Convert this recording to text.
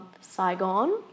Saigon